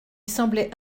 semblait